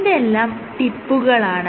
ഇതെല്ലം ടിപ്പുകളാണ്